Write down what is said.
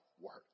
work